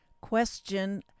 question